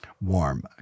Warm